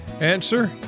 Answer